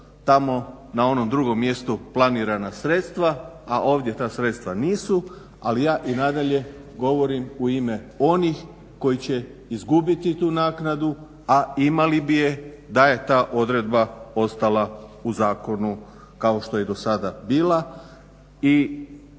tamo na onom drugu mjestu planirana sredstva a ovdje ta sredstava nisu ali ja i nadalje govorim u ime onih koji će izgubiti tu naknadu a imali bi je da je ta odredba ostala u zakonu kao što je do sada bila.